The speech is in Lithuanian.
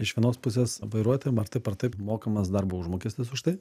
iš vienos pusės vairuotojam ar taip ar taip mokamas darbo užmokestis už tai